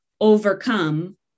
overcome